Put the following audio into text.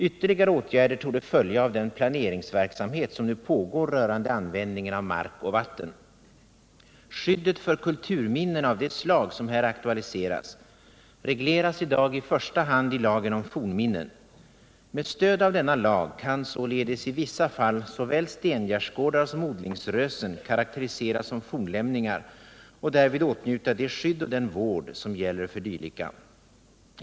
Ytterligare åtgärder torde följa av den planeringsverksamhet som nu pågår rörande användningen av mark och vatten. Skyddet för kulturminnen av det slag som här aktualiseras regleras i dag i första hand i lagen om fornminnen . Med stöd av denna lag kan således i vissa fall såväl stengärdesgårdar som odlingsrösen karaktäriseras som fornlämningar och därvid åtnjuta det skydd och den vård som gäller för dylika.